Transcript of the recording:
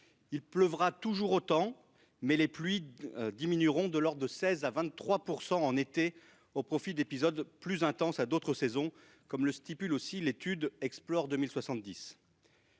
Il pleuvra toujours autant, mais les pluies diminueront de l'ordre de 16 % à 23 % en été au profit d'épisodes plus intenses lors d'autres saisons, comme l'indique également l'étude Explore 2070.